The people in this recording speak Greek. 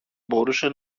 μπορούσε